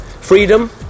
Freedom